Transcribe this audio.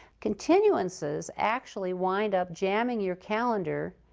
continuances actually wind up jamming your calendar